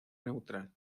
neutral